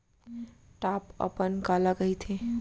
Top अपन काला कहिथे?